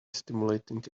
stimulated